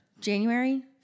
January